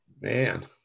Man